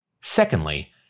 Secondly